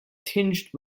tinged